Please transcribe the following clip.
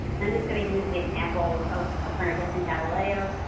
i'm just gonna use the examples of copernicus and galileo.